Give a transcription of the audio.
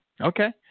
Okay